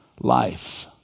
life